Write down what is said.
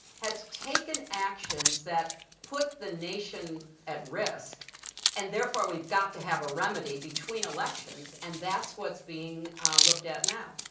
has taken actions that put the nation at risk and, therefore, we've got to have a remedy between elections, and that's what's being looked at now.